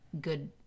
good